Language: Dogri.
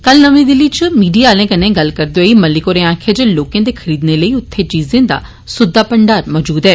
कल नर्मी दिल्ली च मीडिया आलें कन्नै गल्ल करदे होई मलिक होरें आक्खेया जे लोकें दे खरीदने लेई उत्थे चीजें दा सुद्दा भंडार मजूद ऐ